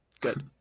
Good